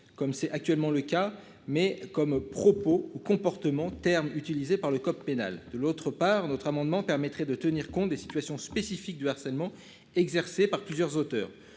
comme c'est actuellement le cas mais comme propos ou comportements terme utilisé par le code pénal, de l'autre par notre amendement permettrait de tenir compte des situations spécifiques du harcèlement exercé par plusieurs auteurs